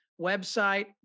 website